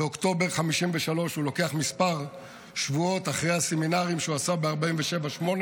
באוקטובר 1953 הוא לוקח כמה שבועות אחרי הסמינרים שהוא עשה ב-1948-1947,